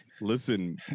Listen